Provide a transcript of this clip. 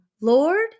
Lord